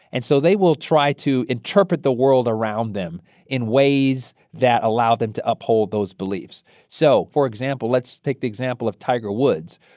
and so they will try to interpret the world around them in ways that allow them to uphold those beliefs so for example, let's take the example of tiger woods,